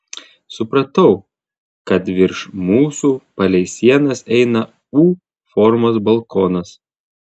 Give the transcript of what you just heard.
supratau kad virš mūsų palei sienas eina u formos balkonas